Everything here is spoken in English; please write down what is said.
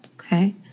Okay